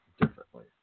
differently